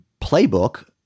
playbook